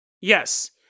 Yes